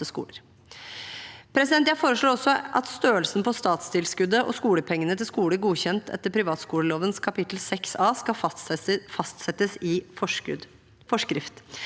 Jeg foreslår også at størrelsen på statstilskuddet og skolepengene til skoler som er godkjent etter privatskoleloven kapittel 6A, skal fastsettes i forskrift.